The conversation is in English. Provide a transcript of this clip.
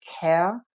care